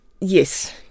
yes